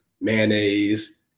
mayonnaise